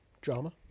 Drama